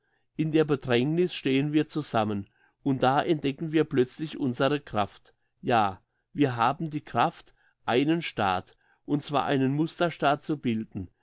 in der bedrängniss stehen wir zusammen und da entdecken wir plötzlich unsere kraft ja wir haben die kraft einen staat und zwar einen musterstaat zu bilden